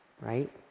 right